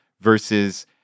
versus